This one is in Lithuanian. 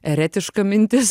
eretiška mintis